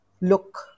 look